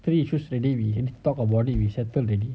three issues that day we talk about it we settled already